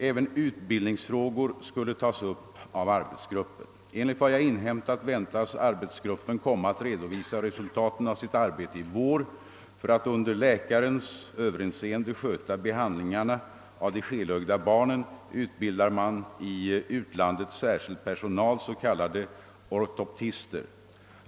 Även utbildningsfrågor skulle tas upp av arbetsgruppen. Enligt vad jag inhämtat väntas arbetsgruppen komma att redovisa resultaten av sitt arbete i vår. För att under läkarens överinseende sköta behandlingarna av de skelögda barnen utbildar man i utlandet särskild personal, s.k. ortoptister.